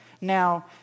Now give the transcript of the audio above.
Now